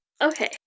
Okay